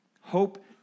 Hope